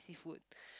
seafood